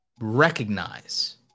recognize